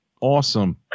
Awesome